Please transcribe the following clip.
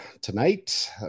tonight